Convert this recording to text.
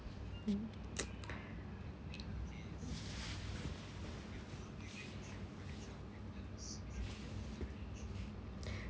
mm